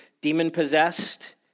demon-possessed